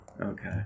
Okay